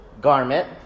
garment